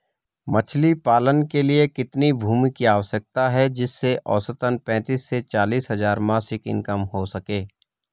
मछली पालन के लिए कितनी भूमि की आवश्यकता है जिससे औसतन पैंतीस से चालीस हज़ार मासिक इनकम हो सके?